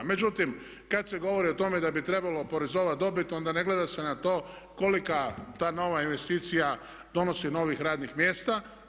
Međutim, kada se govori o tome da bi trebalo oporezovati dobit onda ne gleda se na to kolika ta nova investicija donosi novih radnih mjesta.